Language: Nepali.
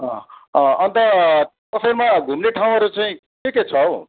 अँ अँ अन्त कफेरमा घुम्ने ठाउँहरू चाहिँ के के छ हौ